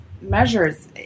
measures